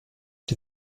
die